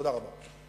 תודה רבה.